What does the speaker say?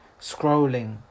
scrolling